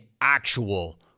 actual